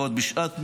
ועוד בשעת מלחמה,